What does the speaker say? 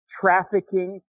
trafficking